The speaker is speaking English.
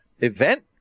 event